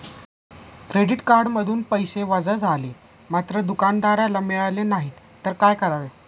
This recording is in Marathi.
क्रेडिट कार्डमधून पैसे वजा झाले मात्र दुकानदाराला मिळाले नाहीत तर काय करावे?